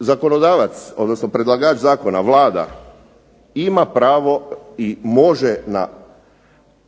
Zakonodavac, odnosno predlagač zakona, Vlada ima pravo i može na